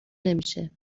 نمیشه